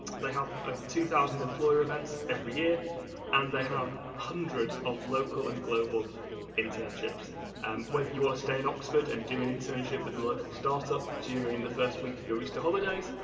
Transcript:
they have over two thousand employer events every year and they have hundreds of local and global internships whether you want to stay in oxford and do an internship with a local startup during the first week of your easter holidays,